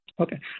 Okay